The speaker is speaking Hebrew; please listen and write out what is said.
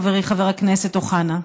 חברי חבר הכנסת אוחנה.